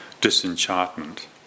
disenchantment